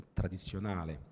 tradizionale